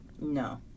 No